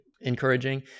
encouraging